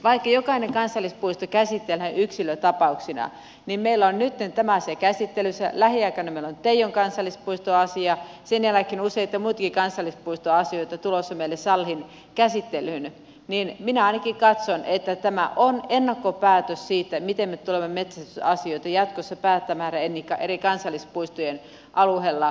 vaikka jokainen kansallispuisto käsitellään yksilötapauksena meillä on nyt tämä asia käsittelyssä lähiaikoina meillä on teijon kansallispuisto asia sen jälkeen useita muitakin kansallispuistoasioita on tulossa meille saliin käsittelyyn niin minä ainakin katson että tämä on ennakkopäätös siitä miten me tulemme metsästysasioita jatkossa päättämään eri kansallispuistojen alueella